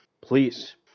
Please